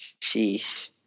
Sheesh